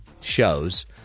shows